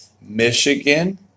Michigan